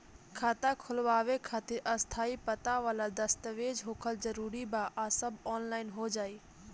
खाता खोलवावे खातिर स्थायी पता वाला दस्तावेज़ होखल जरूरी बा आ सब ऑनलाइन हो जाई?